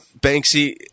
Banksy